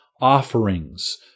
offerings